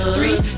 Three